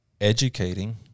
educating